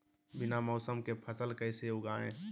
बिना मौसम के फसल कैसे उगाएं?